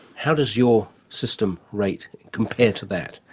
how does your system rate compared to that?